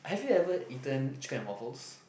have you ever eaten chicken and waffles